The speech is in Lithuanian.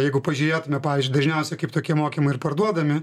jeigu pažiūrėtumėme pavyzdžiui dažniausiai kaip tokie mokymai yra parduodami